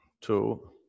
Two